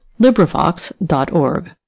LibriVox.org